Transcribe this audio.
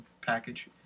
package